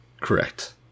Correct